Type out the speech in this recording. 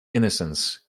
innocence